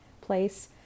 place